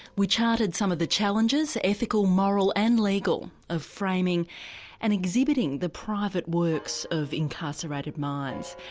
we charted some of the challenges ethical, moral and legal of framing and exhibiting the private works of incarcerated minds.